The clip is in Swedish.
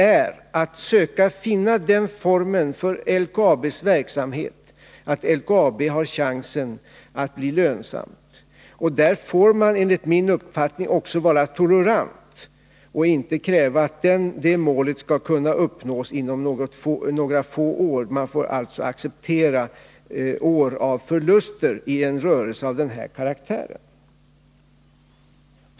Vi vill söka finna en sådan form för LKAB:s verksamhet att LKAB har chans att bli lönsamt, och där får man enligt min uppfattning också vara tolerant och inte kräva att det målet skall kunna uppnås inom några få år. Man får alltså acceptera år av förluster i en rörelse av den här karaktären.